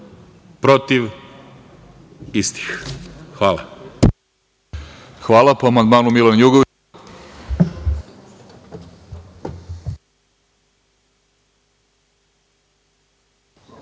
protiv istih. Hvala.